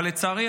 אבל לצערי,